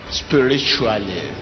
spiritually